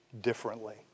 differently